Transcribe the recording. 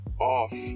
off